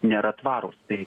nėra tvarūs tai